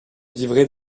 livret